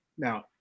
Now